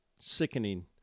sickening